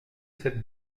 cette